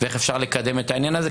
ואיך אפשר לקדם את העניין הזה?